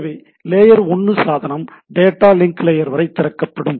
எனவே லேயர் 1 சாதனம் data link layer வரை திறக்கப்படும்